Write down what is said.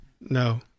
No